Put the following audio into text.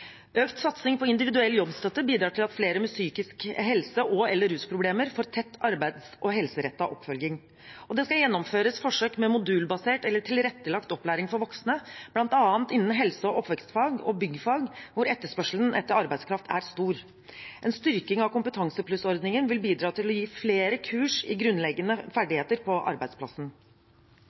Økt satsing på individuell jobbstøtte bidrar til at flere med psykiske helse- og/eller rusproblemer får tett arbeids- og helserettet oppfølging. Det skal gjennomføres forsøk med modulbasert eller tilrettelagt opplæring for voksne, bl.a. innen helse- og oppvekstfag og byggfag, hvor etterspørselen etter arbeidskraft er stor. En styrking av Kompetanseplussordningen vil bidra til å gi flere kurs i grunnleggende ferdigheter på arbeidsplassen.